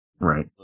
Right